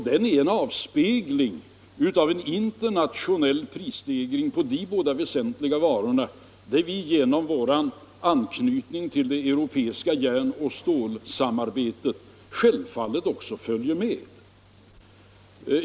Den är ju en avspegling av en internationell prisstegring på dessa båda väsentliga varor, där vi genom vår anknytning till det europeiska järnoch stålsamarbetet självfallet också följer med.